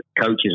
coaches